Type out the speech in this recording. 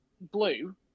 Blue